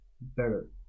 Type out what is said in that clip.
better